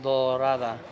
Dorada